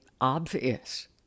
obvious